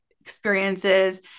experiences